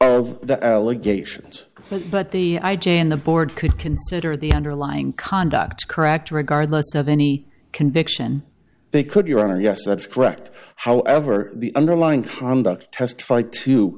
of the allegations but the i j a and the board could consider the underlying conduct correct regardless of any conviction they could your honor yes that's correct however the underlying conduct testif